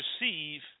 receive